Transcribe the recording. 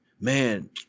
man